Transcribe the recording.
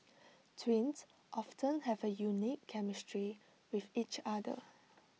twins often have A unique chemistry with each other